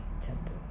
temple